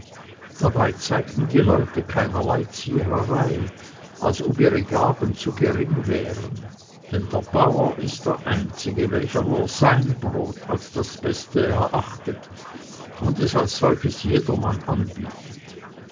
dabei zeigten die leute keinerlei ziererei als ob ihre gaben zu gering wären denn der bauer ist der einzige welcher nur sein brot als das beste erachtet und es als solches jedermann anbietet